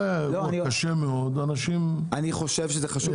אני חושב שזה חשוב,